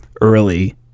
early